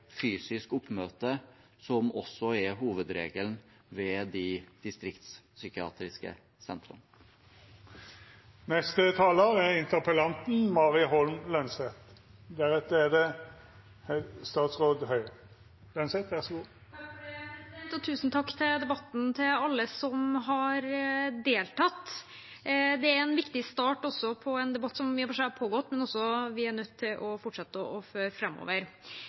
fysisk oppmøte som også er hovedregelen ved de distriktspsykiatriske sentrene. Tusen takk til alle som har deltatt i debatten. Det er en viktig start på en debatt som i og for seg har pågått, men som vi er nødt til å fortsette å føre